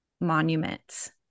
monuments